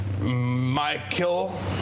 Michael